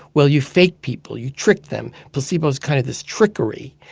well, you fake people, you trick them placebo's kind of this trickery.